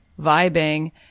vibing